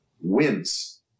wins